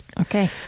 Okay